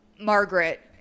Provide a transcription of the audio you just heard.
Margaret